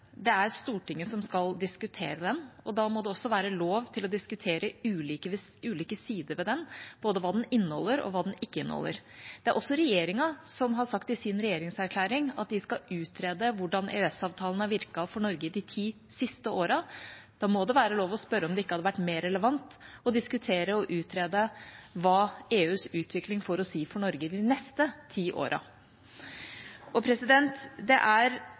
det er Stortinget som skal diskutere den. Da må det også være lov til å diskutere ulike sider ved den, både hva den inneholder, og hva den ikke inneholder. Det er også regjeringa som har sagt i sin regjeringserklæring at den skal utrede hvordan EØS-avtalen har virket for Norge i de ti siste åra. Da må det være lov til å spørre om det ikke hadde vært mer relevant å diskutere og utrede hva EUs utvikling får å si for Norge i de neste ti åra. Det er